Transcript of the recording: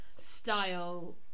style